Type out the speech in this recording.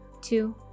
two